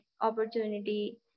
opportunity